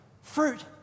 fruit